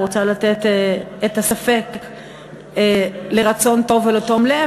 רוצה לתת את הספק לרצון טוב ולתום לב,